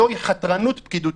זוהי חתרנות פקידותית.